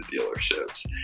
dealerships